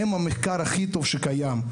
הם המחקר הכי טוב שקיים.